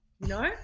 No